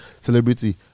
celebrity